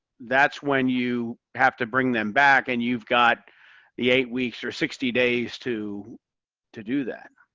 that's when you have to bring them back. and you've got the eight weeks or sixty days to to do that.